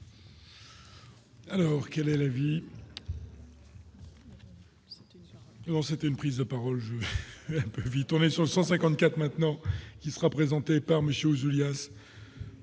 Alors quelle est la vie. Non, c'était une prise de parole, j'ai un peu vite, on est sur 154 maintenant, qui sera présenté par monsieur Ouzoulias